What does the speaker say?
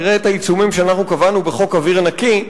תראה את העיצומים שאנחנו קבענו בחוק אוויר נקי,